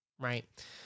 right